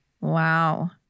Wow